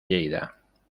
lleida